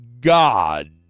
god